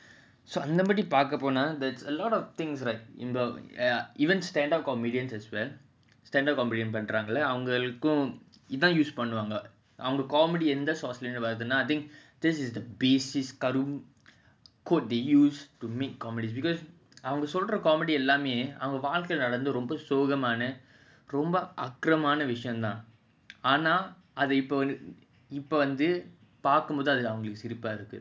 அந்தபடிபார்க்கபோனா:andha padi parka pona there's a lot of things right even stand up comedians as well stand up comedians பண்றங்களஅவங்களுக்கும்:panrangala avangalukum I think this is the basis quote they use to make comedies எல்லாமேஅவங்கவாழ்க்கைலநடந்தசோகம்தான்:ellame avanga valkaila nadantha sogamthan because இப்போபார்க்கசிரிப்பாஇருக்கு:ipo parka siripa irukku